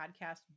podcast